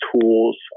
tools